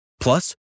Plus